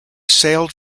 sailed